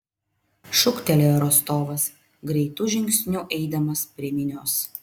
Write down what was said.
šūktelėjo rostovas greitu žingsniu eidamas prie minios